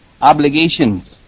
obligations